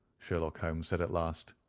sherlock holmes said at last.